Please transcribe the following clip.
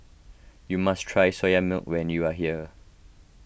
you must try Soya Milk when you are here